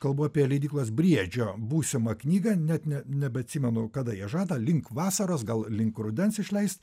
kalbu apie leidyklos briedžio būsimą knygą net ne nebeatsimenu kada jie žada link vasaros gal link rudens išleist